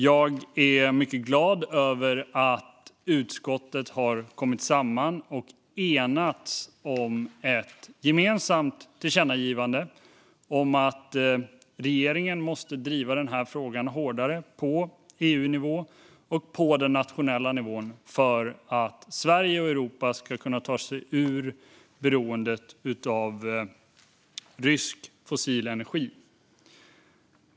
Jag är mycket glad att utskottet har kommit samman och enats om ett gemensamt förslag till tillkännagivande om att regeringen måste driva den här frågan hårdare, på EU-nivå och på den nationella nivån, för att Sverige och Europa ska kunna ta sig ur beroendet av rysk fossil energi.